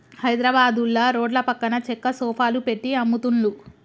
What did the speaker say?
హైద్రాబాదుల రోడ్ల పక్కన చెక్క సోఫాలు పెట్టి అమ్ముతున్లు